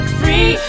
free